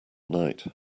night